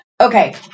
Okay